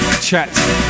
chat